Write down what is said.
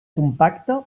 compacte